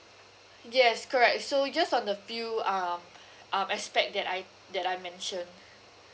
yes correct so just on the few um um aspect that I that I mentioned